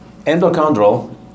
endochondral